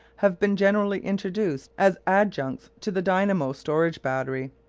have been generally introduced as adjuncts to the dynamo storage battery,